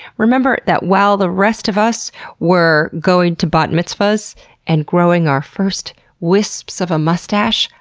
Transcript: remember that while the rest of us were going to bat mitzvahs and growing our first wisps of a mustache,